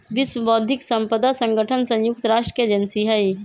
विश्व बौद्धिक साम्पदा संगठन संयुक्त राष्ट्र के एजेंसी हई